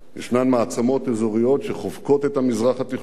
ישנן מעצמות אזוריות שחובקות את המזרח התיכון,